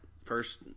first